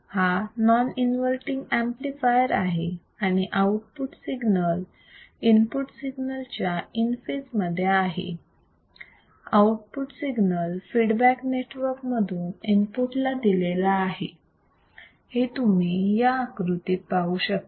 हा non inverting amplifier आहे आणि आउटपुट सिग्नल इनपुट सिग्नल च्या इन फेज मध्ये आहे आउटपुट सिग्नल फीडबॅक नेटवक मधून इनपुटला दिलेला आहे हे तुम्ही या आकृतीत पाहू शकता